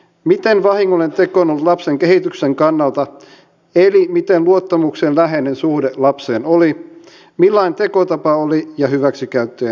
miten vahingollinen teko on ollut lapsen kehityksen kannalta eli miten luottamuksellinen ja läheinen suhde lapseen oli millainen tekotapa oli ja hyväksikäyttöjen määrä